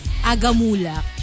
agamula